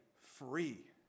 free